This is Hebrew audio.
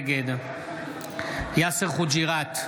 נגד יאסר חוג'יראת,